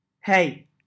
Hey